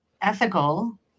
ethical